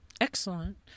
Excellent